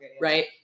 right